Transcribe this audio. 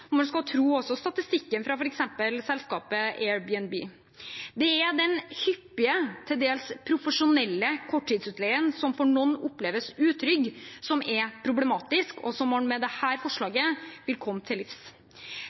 man skal tro statistikken fra f.eks. selskapet Airbnb. Det er den hyppige, til dels profesjonelle korttidsutleien som for noen oppleves utrygg, som er problematisk, og som man med dette forslaget vil komme til livs.